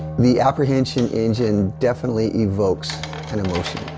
the apprehension engine definitely evokes an emotion,